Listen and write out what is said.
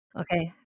Okay